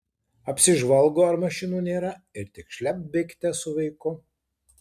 apsižvalgo ar mašinų nėra ir tik šlept bėgte su vaiku